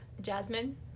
Jasmine